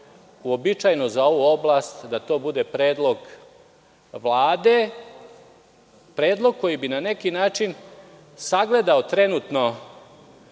uobičajeno za ovu oblast da to bude predlog Vlade, predlog koji bi na neki način sagledao trenutno